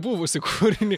buvusį kūrinį